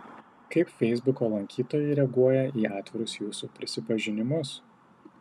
kaip feisbuko lankytojai reaguoja į atvirus jūsų prisipažinimus